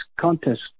contest